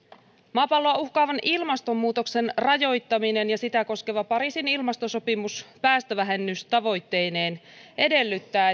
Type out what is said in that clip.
maapalloa uhkaavan ilmastonmuutoksen rajoittaminen ja sitä koskeva pariisin ilmastosopimus päästövähennystavoitteineen edellyttää